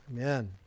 Amen